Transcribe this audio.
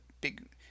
big